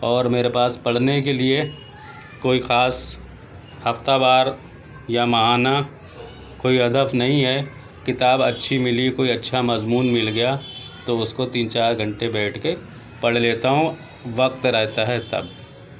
اور میرے پاس پڑھنے کے لیے کوئی خاص ہفتہ وار یا ماہانہ کوئی ہدف نہیں ہے کتاب اچھی ملی کوئی اچھا مضمون مل گیا تو اس کو تین چار گھنٹے بیٹھ کے پڑھ لیتا ہوں وقت رہتا ہے تب